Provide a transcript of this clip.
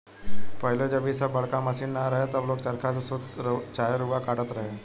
पहिले जब इ सब बड़का मशीन ना रहे तब लोग चरखा से सूत चाहे रुआ काटत रहे